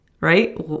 right